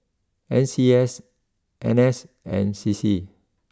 N C S N S and C C